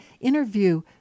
interview